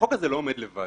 החוק הזה לא עומד לבד.